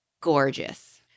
gorgeous